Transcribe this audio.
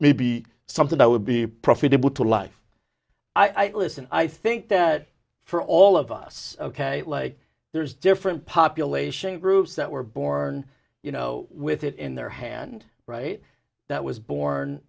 maybe something that would be profitable to life i listen i think that for all of us ok there's different population groups that were born you know with it in their hand right that was born